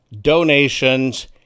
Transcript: donations